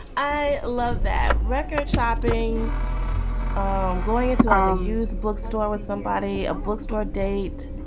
i love that record shopping um going into like a used bookstore with somebody, a bookstore date.